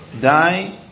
Die